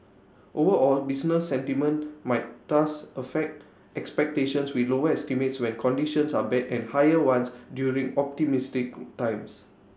overall business sentiment might thus affect expectations with lower estimates when conditions are bad and higher ones during optimistic times